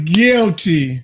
guilty